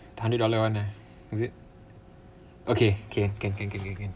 hundred dollar [one] ah is it okay can can can can can can